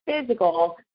physical